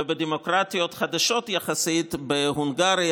ובדמוקרטיות חדשות יחסית קיימת רק בהונגריה,